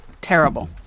terrible